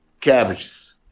Cabbages